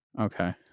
okay